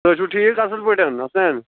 تُہۍ چھُ ٹھیٖک اَصٕل پٲٹھۍ حسنین